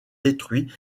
détruit